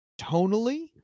tonally